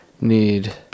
need